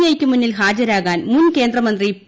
I യ്ക്ക് മുന്നിൽ ഹാജരാകാൻ മുൻ കേന്ദ്രമന്ത്രി പി